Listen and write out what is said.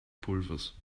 pulvers